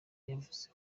yavuze